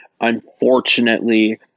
unfortunately